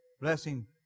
blessing